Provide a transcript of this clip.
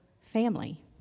family